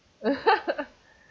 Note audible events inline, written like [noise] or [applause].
[laughs]